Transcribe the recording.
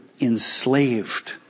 enslaved